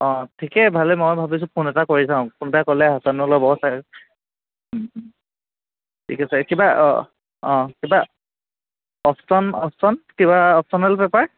ঠিকেই ভালেই মই ভাবিছোঁ ফোন এটা কৰি চাওঁ কোনোবাই ক'লে চন্দলৰ বৰ প্ৰাইচ ঠিক আছে কিবা কিবা অপচন অপচন কিবা অপচনেল পেপাৰ